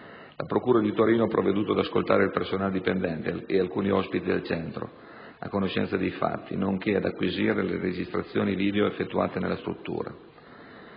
La procura di Torino ha provveduto ad ascoltare il personale dipendente e alcuni ospiti del centro a conoscenza dei fatti, nonché ad acquisire le registrazioni video effettuate nella struttura.